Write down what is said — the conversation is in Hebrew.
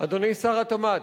אדוני שר התמ"ת,